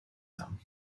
them